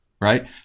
right